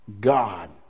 God